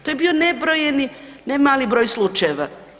To je bio nebrojeni, ne mali broj slučajeva.